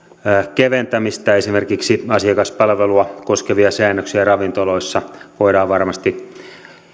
keventämistä esimerkiksi asiakaspalvelua koskevia säännöksiä ravintoloissa voidaan varmasti